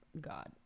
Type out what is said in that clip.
God